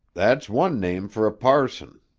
that's one name fer a parson.